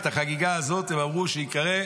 ואת החגיגה הזאת הם אמרו שייקרא,